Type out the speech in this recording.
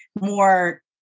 more